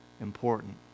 important